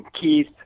Keith